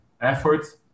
efforts